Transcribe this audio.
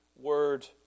word